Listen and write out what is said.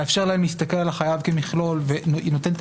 מאפשר להם להסתכל על החייב כמכלול ונותן את